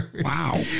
Wow